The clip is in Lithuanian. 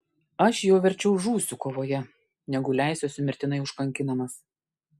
aš jau verčiau žūsiu kovoje negu leisiuosi mirtinai užkankinamas